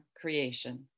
creation